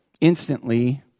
Instantly